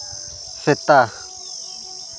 ᱥᱮᱛᱟ